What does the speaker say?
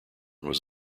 was